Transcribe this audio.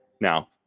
now